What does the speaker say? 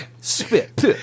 Spit